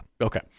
Okay